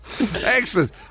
Excellent